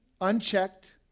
unchecked